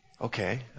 Okay